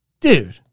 Dude